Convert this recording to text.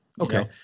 Okay